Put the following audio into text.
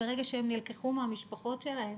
ברגע שהם נלקחו מהמשפחות שלהם,